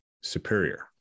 superior